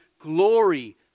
glory